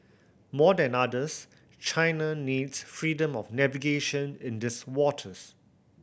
more than others China needs freedom of navigation in these waters